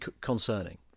concerning